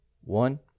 one